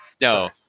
No